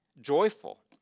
Joyful